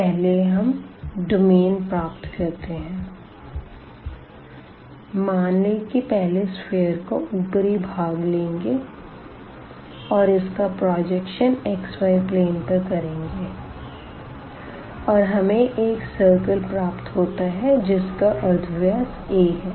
पहले हम डोमेन प्राप्त करते है मान लें की पहले सफ़ियर का ऊपरी भाग लेंगे और इसका प्रजेक्शन xy प्लेन पर करेंगे और हमें एक सर्किल प्राप्त होता है जिसका अर्धव्यास a है